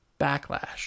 backlash